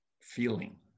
feeling